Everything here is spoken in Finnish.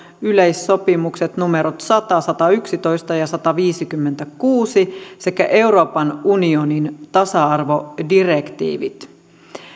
yleissopimukset numerot sata satayksitoista ja sataviisikymmentäkuusi sekä euroopan unionin tasa arvodirektiivit